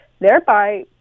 thereby